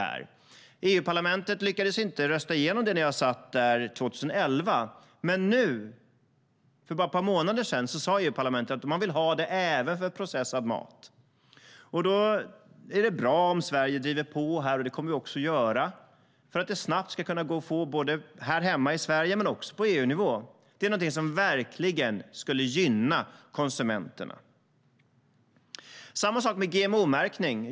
EU-parlamentet lyckades inte rösta igenom det när jag satt där 2011, men för bara ett par månader sedan sa EU-parlamentet att man vill ha det även för processad mat. Då är det bra om Sverige driver på för att det snabbt ska gå att få det både här hemma i Sverige och på EU-nivå, och det är något vi kommer att göra. Det är något som verkligen skulle gynna konsumenterna. Samma sak gäller GMO-märkning.